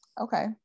Okay